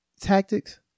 tactics